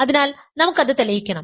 അതിനാൽ നമുക്ക് അത് തെളിയിക്കണം